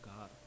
God